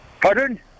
Pardon